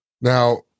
Now